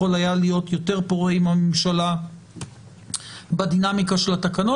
היה להיות יותר פורה בדינמיקה של התקנות.